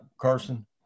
Carson